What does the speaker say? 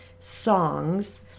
songs